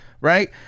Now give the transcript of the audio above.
right